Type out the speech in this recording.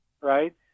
Right